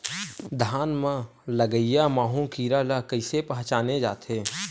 धान म लगईया माहु कीरा ल कइसे पहचाने जाथे?